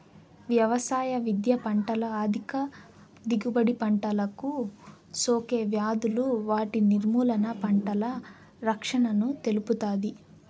వ్యవసాయ విద్య పంటల అధిక దిగుబడి, పంటలకు సోకే వ్యాధులు వాటి నిర్మూలన, పంటల రక్షణను తెలుపుతాది